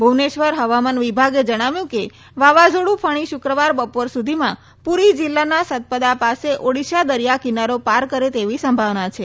ભુવનેશ્વર હવામાન વિભાગે જણાવ્યું કે વાવાઝોડું ફણી શુક્રવાર બપોર સુધીમાં પુરી જિલ્લાના સતપદા પાસે ઓડિશા દરિયા કિનારો પાર કરે તેવી સંભાવના છે